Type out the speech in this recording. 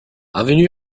avenue